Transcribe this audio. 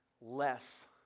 less